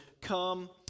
come